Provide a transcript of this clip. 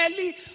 early